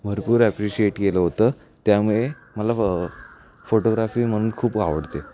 भरपूर ॲप्रिशिएट केलं होतं त्यामुळे मला ब फोटोग्राफी म्हणून खूप आवडते